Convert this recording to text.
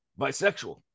bisexual